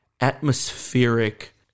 atmospheric